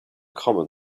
common